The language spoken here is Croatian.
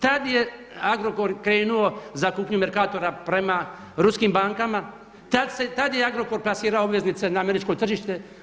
Tad je Agrokor krenuo za kupnju Mercatora prema ruskim bankama, tad je Agrokor plasirao obveznice na američko tržište.